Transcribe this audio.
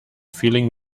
feeling